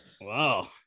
Wow